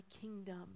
kingdom